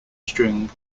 string